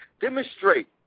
Demonstrate